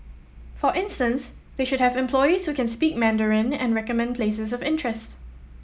for instance they should have employees who can speak Mandarin and recommend places of interest